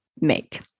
make